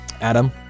adam